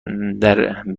بریستول